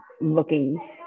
looking